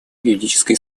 юридической